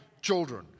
children